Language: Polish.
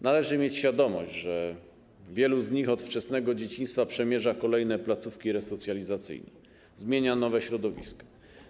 Należy mieć świadomość, że wielu z nich od wczesnego dzieciństwa przemierza kolejne placówki resocjalizacyjne, zmienia środowiska.